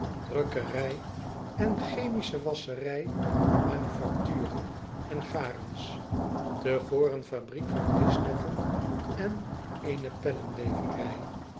drukkerij en chemische wasscherij van manufacturen en garens te oor een fabriek van vischnetten en eene